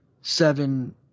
seven